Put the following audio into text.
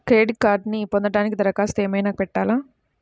Credit కార్డ్ను పొందటానికి దరఖాస్తు ఏమయినా పెట్టాలా?